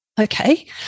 Okay